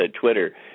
Twitter